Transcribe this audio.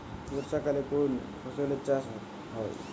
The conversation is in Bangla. বর্ষাকালে কোন ফসলের চাষ হয়?